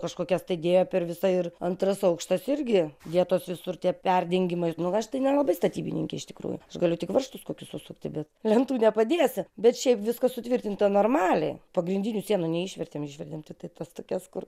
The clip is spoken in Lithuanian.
kažkokias tai dėjo per visą ir antras aukštas irgi vietos visur tie perdengimai nu aš tai nelabai statybininkė iš tikrųjų galiu tik varžtus kokius susukti bet lentų nepadėsiu bet šiaip viskas sutvirtinta normaliai pagrindinių sienų neišvertėm išvertėm tik tai tas tokias kur